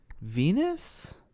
Venus